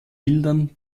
bilden